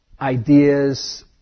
ideas